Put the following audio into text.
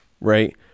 right